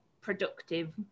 productive